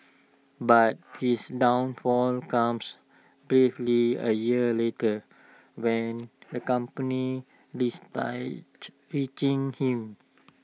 but his downfall comes barely A year later when the company retrenched him